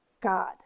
God